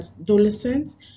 adolescents